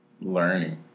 Learning